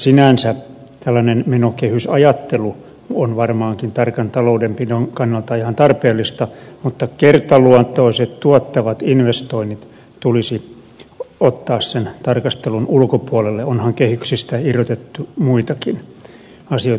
sinänsä tällainen menokehysajattelu on varmaankin tarkan taloudenpidon kannalta ihan tarpeellista mutta kertaluonteiset tuottavat investoinnit tulisi ottaa sen tarkastelun ulkopuolelle onhan kehyksistä irrotettu muitakin asioita